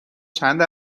چند